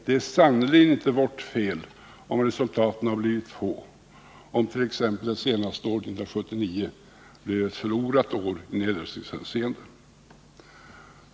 Det är sannerligen inte vårt fel om resultaten har blivit få, om t.ex. det senaste året, 1979, blev ett förlorat år i nedrustningshänseende.